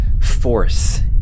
force